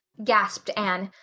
gasped anne.